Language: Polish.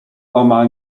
omal